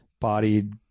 bodied